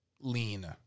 lean